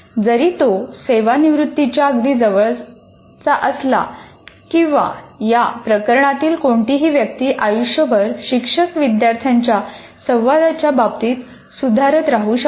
जरी तो सेवानिवृत्तीच्या अगदी जवळचा असला किंवा या प्रकरणातील कोणतीही व्यक्ती आयुष्यभर शिक्षक विद्यार्थ्यांच्या संवादाच्या बाबतीत सुधारत राहू शकते